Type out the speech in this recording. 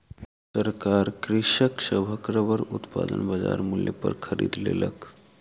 सरकार कृषक सभक रबड़ उत्पादन बजार मूल्य पर खरीद लेलक